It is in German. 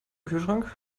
kühlschrank